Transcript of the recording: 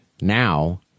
now